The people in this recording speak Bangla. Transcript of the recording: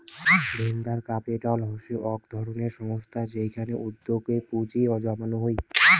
ভেঞ্চার ক্যাপিটাল হসে আক ধরণের সংস্থা যেইখানে উদ্যোগে পুঁজি জমানো হই